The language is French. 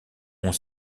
ont